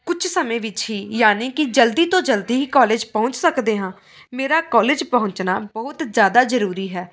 ਕੁਛ ਸਮੇਂ ਵਿੱਚ ਹੀ ਯਾਨੀ ਕਿ ਜਲਦੀ ਤੋਂ ਜਲਦੀ ਹੀ ਕੋਲੇਜ ਪਹੁੰਚ ਸਕਦੇ ਹਾਂ ਮੇਰਾ ਕੋਲੇਜ ਪਹੁੰਚਣਾ ਬਹੁਤ ਜ਼ਿਆਦਾ ਜ਼ਰੂਰੀ ਹੈ